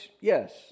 Yes